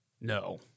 No